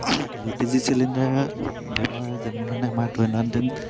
L P G cylinder ব্যৱহাৰে যেনে ধৰণে আমাৰ দৈনন্দিন